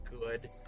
good